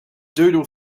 doodle